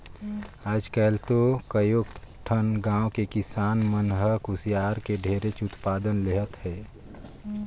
आयज काल तो कयो ठन गाँव के किसान मन ह कुसियार के ढेरेच उत्पादन लेहत हे